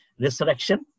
resurrection